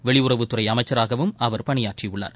வெளியுறவுத்துறை அமைச்சராகவும் அவர் பணியாற்றியுள்ளார்